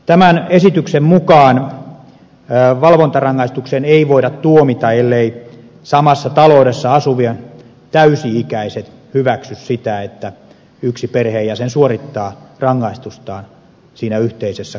tämän esityksen mukaan valvontarangaistukseen ei voida tuomita elleivät samassa taloudessa asuvat täysi ikäiset hyväksy sitä että yksi perheenjäsen suorittaa rangaistustaan siinä yhteisessä kodissa